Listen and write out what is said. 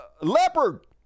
leopard